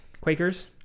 Quakers